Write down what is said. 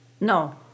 No